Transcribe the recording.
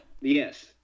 Yes